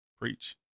preach